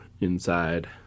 inside